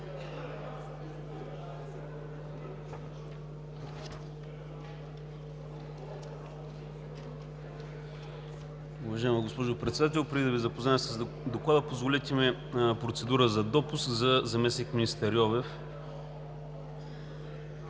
Уважаема госпожо Председател, преди да Ви запозная с Доклада, позволете ми процедура за допуск на заместник-министър Йовев.